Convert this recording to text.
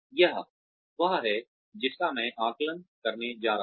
यह वह है जिसका मैं आकलन करने जा रहा हूं